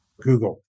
Google